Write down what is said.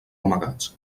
amagats